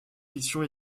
fiction